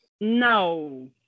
No